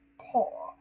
poor